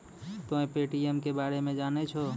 तोंय पे.टी.एम के बारे मे जाने छौं?